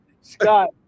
Scott